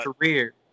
career